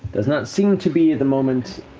does not seem to be, at the moment,